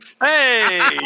Hey